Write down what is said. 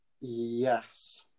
Yes